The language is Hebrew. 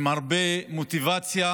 עם הרבה מוטיבציה.